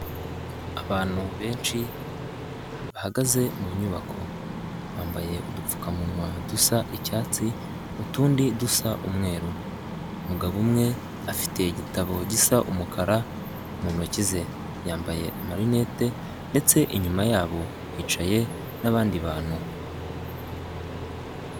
Abantu benshi bahagaze mu nyubako, bambaye udupfukamunwa dusa icyatsi utundi dusa umweru, umugabo umwe afite igitabo gisa umukara mu ntoki ze, yambaye amarinete ndetse inyuma yabo hicaye n'abandi bantu.